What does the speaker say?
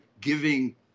giving